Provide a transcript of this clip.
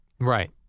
Right